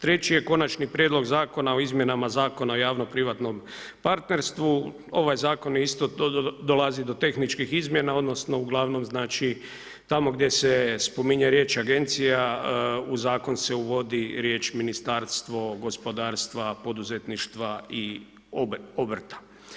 Treći je Konačni prijedlog Zakona o izmjenama Zakona javno privatnom partnerstvu, ovaj zakon isto dolazi do tehničkih izmjena, odnosno, ugl. znači, tamo gdje se spominje riječ agencija, u zakon se uvodi riječ ministarstvo gospodarstva, poduzetništva i obrta.